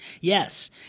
Yes